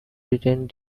retained